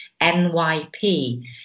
NYP